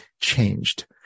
changed